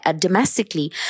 domestically